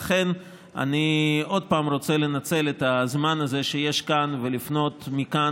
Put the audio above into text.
לכן אני עוד פעם רוצה לנצל את הזמן הזה שיש כאן ולפנות מכאן